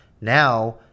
now